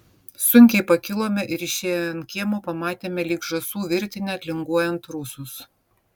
sunkiai pakilome ir išėję ant kiemo pamatėme lyg žąsų virtinę atlinguojant rusus